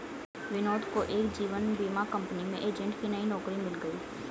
विनोद को एक जीवन बीमा कंपनी में एजेंट की नई नौकरी मिल गयी